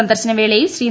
സന്ദർശനവേളയിൽ Shri